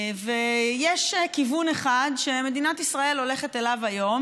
ויש כיוון אחד שמדינת ישראל הולכת אליו היום,